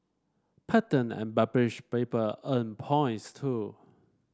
patent and published paper earn points too